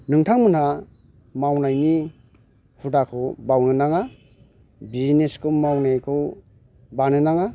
नोंथांमोनहा मावनायनि हुदाखौ बावनो नाङा बिजिनेसखौ मावनायखौ बानो नाङा